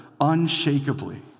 unshakably